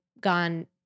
gone